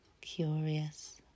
curious